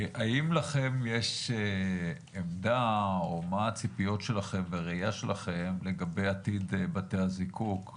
האם יש לכם עמדה או מה הציפיות שלכם והראייה שלכם לגבי עתיד בתי הזיקוק.